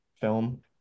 film